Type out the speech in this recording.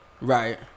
right